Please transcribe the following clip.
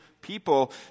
people